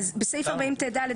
תיקון סעיף 40ט 1. בסעיף 40ט(ד),